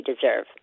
deserve